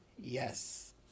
Yes